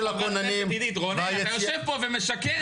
הכוננים -- רונן אתה יושב פה ומשקר לה,